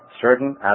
certain